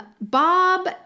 Bob